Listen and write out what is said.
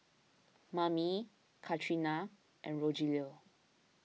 Mame Katrina and Rogelio